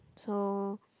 so